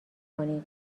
کنید